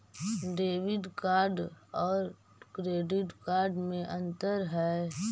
Debit card और credit card में अन्तर है?